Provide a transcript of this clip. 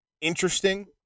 interesting